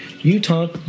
Utah